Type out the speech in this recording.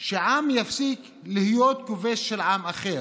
שעם יפסיק להיות כובש של עם אחר,